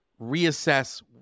reassess